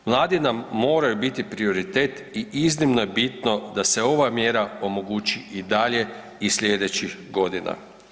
Mladi nam moraju biti prioritet i iznimno je bitno da se ova mjera omogući i dalje i slijedećih godina.